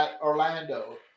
Orlando